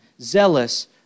zealous